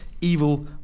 evil